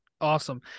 Awesome